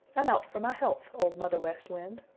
i'm out for my health, old mother west wind,